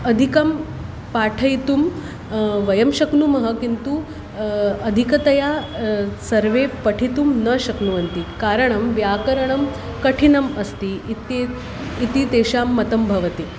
अदिकं पाठयितुं वयं शक्नुमः किन्तु अधिकतया सर्वे पठितुं न शक्नुवन्ति कारणं व्याकरणं कठिनम् अस्ति इत्येव इति तेषां मतं भवति